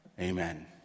amen